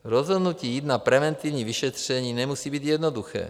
Rozhodnutí jít na preventivní vyšetření nemusí být jednoduché.